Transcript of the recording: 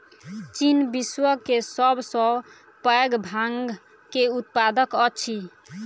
चीन विश्व के सब सॅ पैघ भांग के उत्पादक अछि